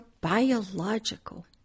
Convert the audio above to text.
biological